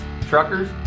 truckers